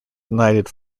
knighted